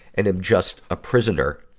and am just a prisoner